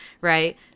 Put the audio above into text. Right